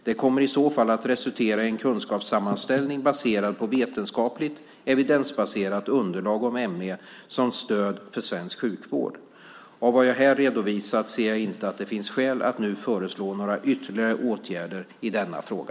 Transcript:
Det kommer i så fall att resultera i en kunskapssammanställning baserad på vetenskapligt, evidensbaserat, underlag om ME som stöd för svensk sjukvård. Av vad jag här redovisat ser jag inte att det finns skäl att nu föreslå några ytterligare åtgärder i denna fråga.